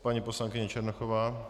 Paní poslankyně Černochová.